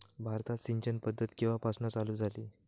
भारतात सिंचन पद्धत केवापासून चालू झाली?